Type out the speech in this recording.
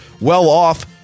well-off